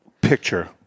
picture